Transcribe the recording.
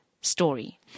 story